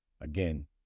again